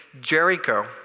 Jericho